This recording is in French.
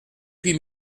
huit